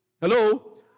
Hello